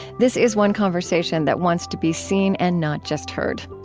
this is one conversation that wants to be seen and not just heard.